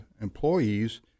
employees